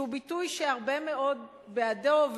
שהוא ביטוי שרבים מאוד הם בעדו,